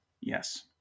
Yes